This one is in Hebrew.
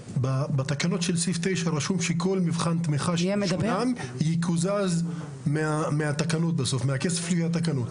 בתקנות של סעיף 9 רשום שכל מבחן תמיכה יקוזז מהכסף של התקנות.